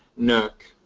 nerc.